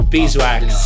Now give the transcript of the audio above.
Beeswax